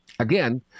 Again